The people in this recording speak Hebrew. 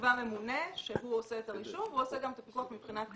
הרישום והוא עושה גם את הפיקוח.